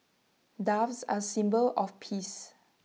doves are A symbol of peace